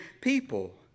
people